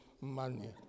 money